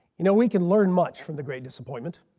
you know we can learn much from the great disappointment.